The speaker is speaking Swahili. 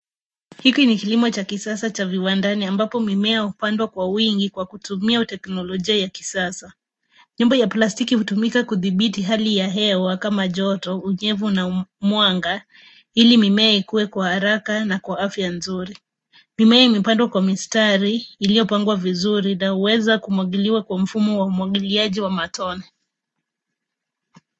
Hiki ni kilimo cha kisasa cha viwandani ambapo mimea hupandwa kwa uwingi kwa kutumia teknolojia ya kisasa. Nyumba ya plastiki hutumika kudhibiti hali ya hewa kama joto, unyevu na mwanga ili mimea ikue kwa haraka na kwa afya nzuri. Mimea imepandwa kwa mistari iliyopangwa vizuri na huweza kumwagiliwa kwa mfumo wa umwagiliaji wa matone.